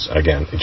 again